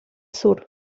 sur